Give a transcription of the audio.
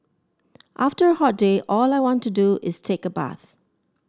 after a hot day all I want to do is take a bath